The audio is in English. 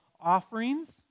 offerings